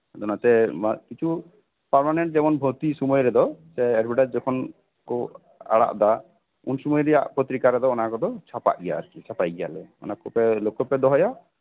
ᱟᱫᱚ ᱚᱱᱟᱛᱮ ᱠᱤᱪᱷᱩ ᱯᱟᱨᱢᱟᱱᱮᱱᱴ ᱵᱷᱩᱨᱛᱤ ᱥᱚᱢᱚᱭ ᱨᱮᱫᱚ ᱮᱰᱵᱮᱴᱟᱡ ᱡᱚᱠᱷᱚᱱ ᱠᱚ ᱟᱲᱟᱜ ᱫᱟ ᱩᱱ ᱥᱚᱢᱚᱭ ᱨᱮᱱᱟᱜ ᱯᱚᱛᱨᱤᱠᱟ ᱨᱮᱫᱚ ᱚᱱᱟ ᱠᱚ ᱪᱷᱟᱯᱟᱜ ᱜᱮᱭᱟ ᱟᱨᱠᱤ ᱪᱷᱟᱯᱟᱭ ᱜᱮᱭᱟᱞᱮ ᱚᱱᱟ ᱠᱚ ᱞᱚᱠᱠᱷᱚ ᱯᱮ ᱫᱚᱦᱚᱭᱟ